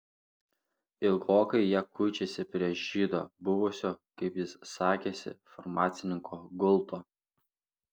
ilgokai jie kuičiasi prie žydo buvusio kaip jis sakėsi farmacininko gulto